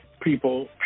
people